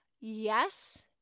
yes